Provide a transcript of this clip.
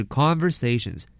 conversations